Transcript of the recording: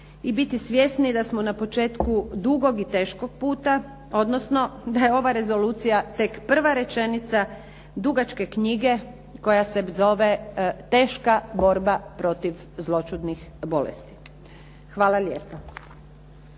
i biti svjesni da smo na početku dugog i teškog puta odnosno da je ova rezolucija tek prva rečenica dugačke knjige koja se zove teška borba protiv zloćudnih bolesti. Hvala lijepa.